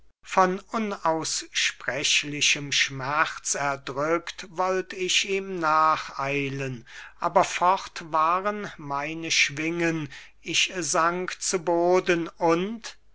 von unaussprechlichem schmerz erdrückt wollt ich ihm nacheilen aber fort waren meine schwingen ich sank zu boden und